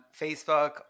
Facebook